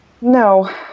No